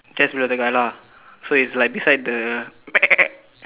just another guy lah so it's like beside the